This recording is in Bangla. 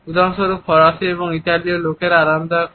উদাহরণস্বরূপ ফরাসি এবং ইতালীয় লোকেরা আরামদায়ক হয়